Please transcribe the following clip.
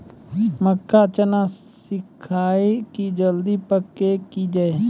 मक्का चना सिखाइए कि जल्दी पक की जय?